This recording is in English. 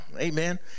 Amen